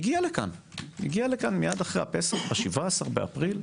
הגיע לכאן ב-17 באפריל,